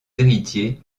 héritiers